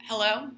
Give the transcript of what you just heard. Hello